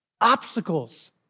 Obstacles